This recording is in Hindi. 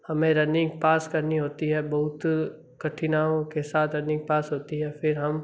हमें रनिंग पास करनी होती है बहुत कठिनाइयों के साथ रनिंग पास होती है फिर हम